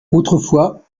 autrefois